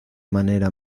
manera